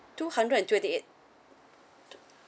two hundred and twenty eight two